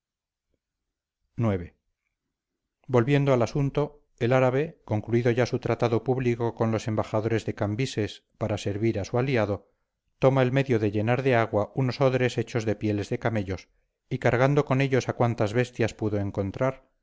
ix volviendo al asunto el árabe concluido ya su tratado público con los embajadores de cambises para servir a su aliado toma el medio de llenar de agua unos odres hechos de pieles de camellos y cargando con ellos a cuantas bestias pudo encontrar